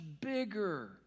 bigger